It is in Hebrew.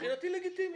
מבחינתי לגיטימי.